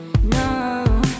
no